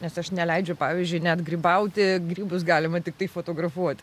nes aš neleidžiu pavyzdžiui net grybauti grybus galima tiktai fotografuot